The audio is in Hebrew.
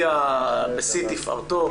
בשיא תפארתו,